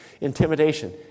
intimidation